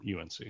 UNC